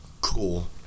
cool